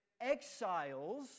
exiles